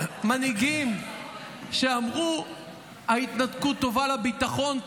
מנהיגים שאמרו ההתנתקות טובה לביטחון,